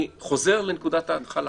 אני חוזר לנקודת ההתחלה,